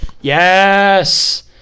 Yes